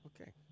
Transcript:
Okay